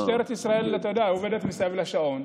משטרת ישראל עובדת מסביב לשעון.